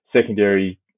secondary